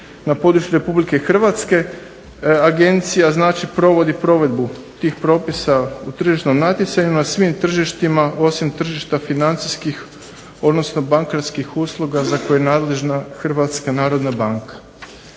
na području Republike Hrvatske. Agencija znači provodi provedbu tih propisa o tržišnim natjecanjima svim tržištima osim tržišta financijskih odnosno bankarskih usluga za koje je nadležna Hrvatska narodna banka.